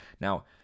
Now